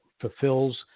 fulfills